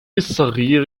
الصغير